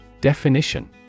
Definition